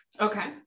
Okay